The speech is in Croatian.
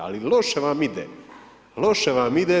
Ali, loše vam ide, loše vam ide to.